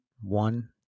one